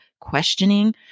questioning